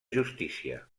justícia